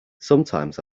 sometimes